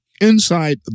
inside